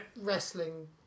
Wrestling